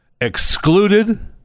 excluded